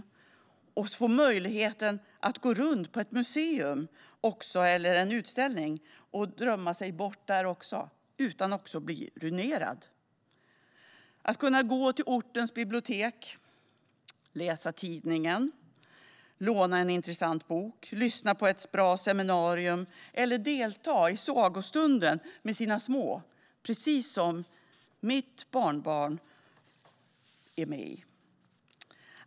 Tänk att få möjlighet att gå runt på ett museum eller en utställning och drömma sig bort utan att bli ruinerad. Tänk att kunna gå till ortens bibliotek för att läsa tidningen, låna en intressant bok, lyssna på ett bra seminarium eller delta i sagostunden - som mitt barnbarn är med på - med sina små.